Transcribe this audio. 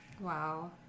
Wow